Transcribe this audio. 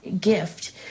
gift